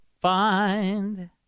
find